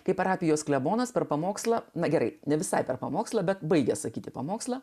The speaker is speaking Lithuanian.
kai parapijos klebonas per pamokslą na gerai ne visai per pamokslą bet baigęs sakyti pamokslą